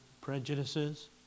prejudices